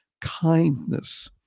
kindness